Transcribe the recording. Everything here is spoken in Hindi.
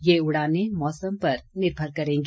यह उड़ानें मौसम पर निर्भर करेगी